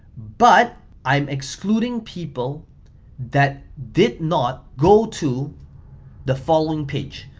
but i'm excluding people that did not go to the following page.